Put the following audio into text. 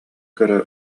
көрө